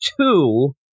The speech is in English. two